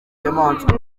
nyamaswa